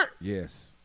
Yes